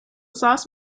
sauce